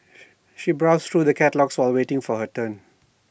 she browsed through the catalogues while waiting for her turn